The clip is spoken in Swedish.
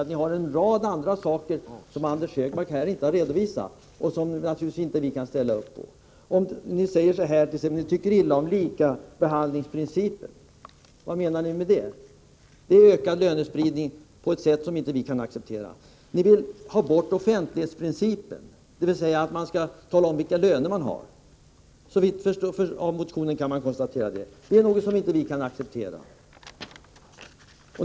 Där finns en rad saker som Anders Högmark inte har redovisat här och som vi inte kan ställa upp på. Ni säger t.ex. att ni tycker illa om likabehandlingsprincipen. Vad menar ni med det? Jo, ökad lönespridning på ett sätt som vi inte kan acceptera. Ni vill ha bort offentlighetsprincipen, dvs. ingen skall få tala om vilken lön man har. Inte heller det kan vi acceptera.